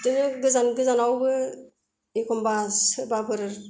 बिदिनो गोजान गोजानआवबो एखमबा सोरबाफोर